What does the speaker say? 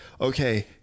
okay